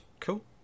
cool